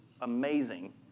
amazing